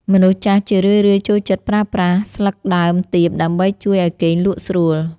មនុស្សចាស់ជារឿយៗចូលចិត្តប្រើប្រាស់ស្លឹកដើមទៀបដើម្បីជួយឱ្យគេងលក់ស្រួល។